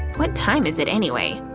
what time is it anyway?